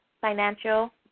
financial